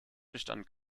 bestand